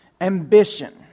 Ambition